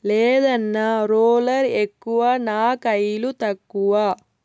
లేదన్నా, రోలర్ ఎక్కువ నా కయిలు తక్కువ